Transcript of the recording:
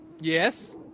Yes